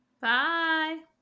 Bye